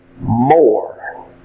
more